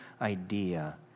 idea